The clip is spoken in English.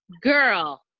Girl